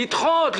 לדחות,